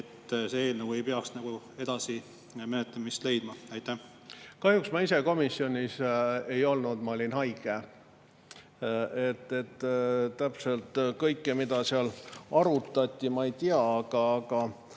et seda eelnõu ei peaks edasi menetlema? Kahjuks ma ise komisjonis ei olnud, ma olin haige. Täpselt kõike, mida seal arutati, ma ei tea. Aga